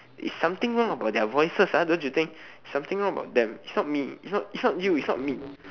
it's something wrong about their voices ah don't you think something wrong about their is not me is not is not you is not me